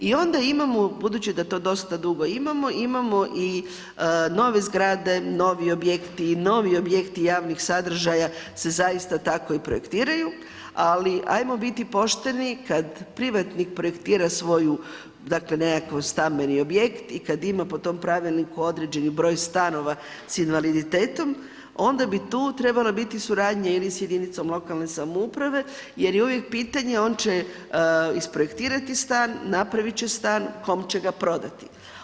I onda imamo, budući da to dosta dugo imamo, imamo i nove zgrade, novi objekti, novi objekti javnih sadržaja se zaista tako projektiraju, ali ajmo biti pošteni kad privatnih projektira svoju dakle nekakvi stambeni objekt i kad ima po tom pravilniku određeni broj stanova s invaliditetom, onda bi tu trebala biti suradnja ili s jedinicom lokalne samouprave jer je uvijek pitanje, on će isprojektirati stan, napravit će stan, kom će ga prodati?